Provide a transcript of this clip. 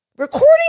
recording